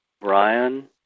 Brian